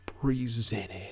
presented